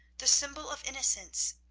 the symbol of innocence.